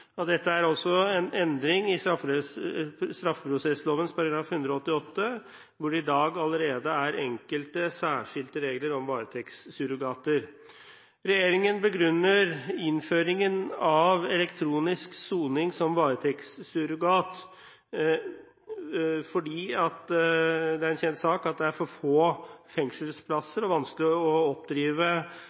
Og dette er altså en endring i straffeprosessloven § 188, hvor det allerede i dag er enkelte særskilte regler om varetektssurrogater. Regjeringen begrunner innføringen av elektronisk soning som varetektssurrogat med at det er en kjent sak at det er for få fengselsplasser og vanskelig å oppdrive